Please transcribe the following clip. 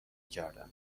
کردن